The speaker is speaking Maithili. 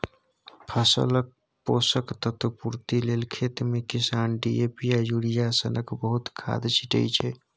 फसलक पोषक तत्व पुर्ति लेल खेतमे किसान डी.ए.पी आ युरिया सनक बहुत खाद छीटय छै